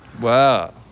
Wow